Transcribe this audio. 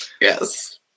Yes